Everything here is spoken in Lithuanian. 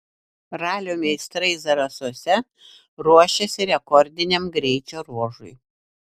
ralio meistrai zarasuose ruošiasi rekordiniam greičio ruožui